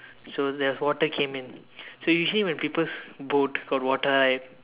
so the water came in so usually when people's boat got water right